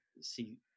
see